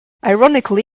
ironically